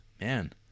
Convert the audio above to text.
Man